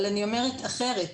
אבל אני אומרת אחרת.